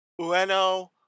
Ueno